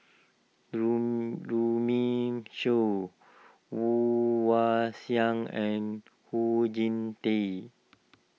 Runme Shaw Woon Wah Siang and Oon Jin Teik